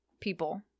people